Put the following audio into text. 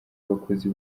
abakozi